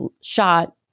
shot